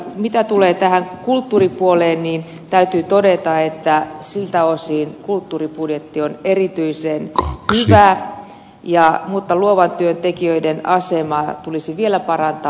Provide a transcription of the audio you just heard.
mitä tulee tähän kulttuuripuoleen niin täytyy todeta että siltä osin kulttuuribudjetti on erityisen hyvä mutta luovan työn tekijöiden asemaa tulisi vielä parantaa